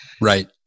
Right